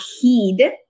heed